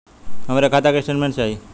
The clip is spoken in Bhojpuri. हमरे खाता के स्टेटमेंट चाही?